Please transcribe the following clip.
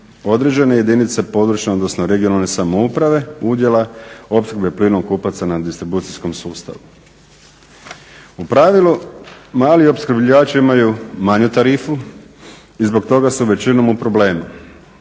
Određene jedinice područne odnosno regionalne samouprave udjela opskrbe plinom kupaca na distribucijskom sustavu. U pravilu malih opskrbljivači imaju manju tarifu i zbog toga su većinom u problemu.